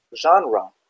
genre